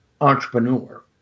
entrepreneur